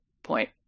point